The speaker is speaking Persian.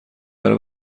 برا